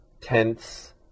tenths